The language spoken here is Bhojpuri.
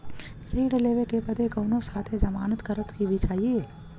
ऋण लेवे बदे कउनो साथे जमानत करता भी चहिए?